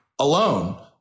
alone